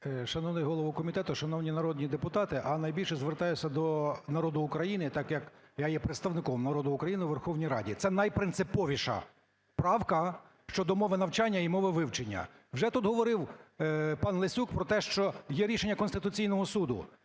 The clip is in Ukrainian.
Шановний голово комітету! Шановні народні депутати! А найбільше звертаюся до народу України, так як я є представником народу України у Верховній Раді. Це найпринциповіша правка щодо мови навчання і мови вивчення. Вже тут говорив пан Лесюк про те, що є рішення Конституційного Суду,